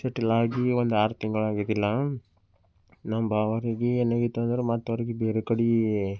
settle ಆಗಿ ಒಂದು ಆರು ತಿಂಗ್ಳು ಆಗಲಿಕ್ಕಿಲ್ಲ ನಮ್ಮ ಭಾವವ್ರಿಗೆ ಏನಾಗಿತ್ತು ಅಂದರೆ ಮತ್ತು ಅವರಿಗೆ ಬೇರೆ ಕಡೆ